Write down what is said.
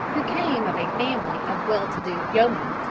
who came of a family of well-to-do yeomen,